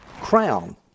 crown